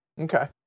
Okay